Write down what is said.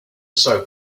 soap